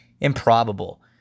Improbable